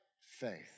faith